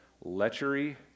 lechery